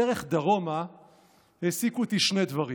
בדרך דרומה העסיקו אותי שני דברים: